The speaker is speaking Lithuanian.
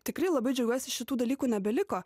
tikrai labai džiaugiuosi šitų dalykų nebeliko